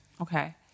Okay